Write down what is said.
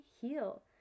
heal